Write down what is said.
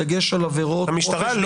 בדגש על עבירות חופש ביטוי --- המשטרה לא